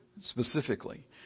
specifically